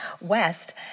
west